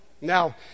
Now